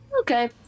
Okay